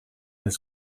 his